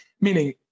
meaning